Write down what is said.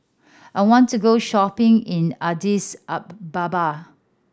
I want to go shopping in Addis Ababa